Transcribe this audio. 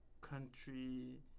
country